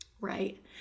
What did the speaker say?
right